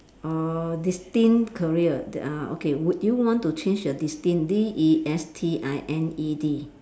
or destined career uh okay would you want to change your destined D E S T I N E D